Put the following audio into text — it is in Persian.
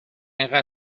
اینقدر